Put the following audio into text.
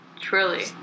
truly